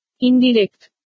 Indirect